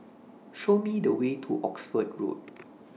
Show Me The Way to Oxford Road